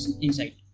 insight